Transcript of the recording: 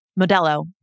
Modelo